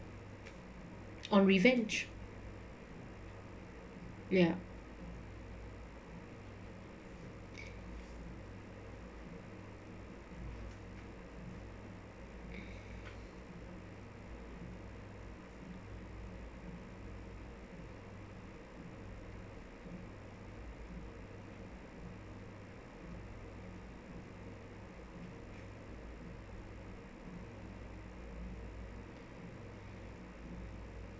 on revenge ya